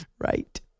Right